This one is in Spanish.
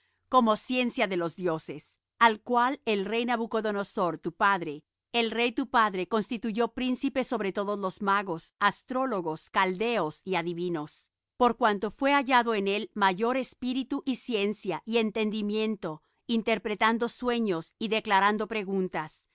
como ciencia de los dioses al cual el rey nabucodonosor tu padre el rey tu padre constituyó príncipe sobre todos los magos astrólogos caldeos y adivinos por cuanto fué hallado en él mayor espíritu y ciencia y entendimiento interpretando sueños y declarando preguntas